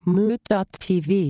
Mood.tv